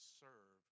serve